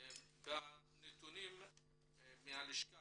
בנתוני הלשכה